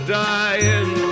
dying